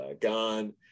gone